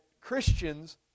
Christians